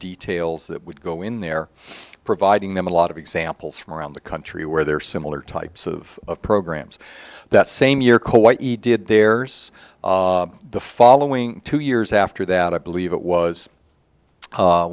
details that would go in there providing them a lot of examples from around the country where there are similar types of programs that same year koichi did there's the following two years after that i believe it was